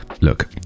Look